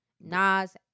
Nas